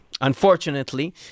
Unfortunately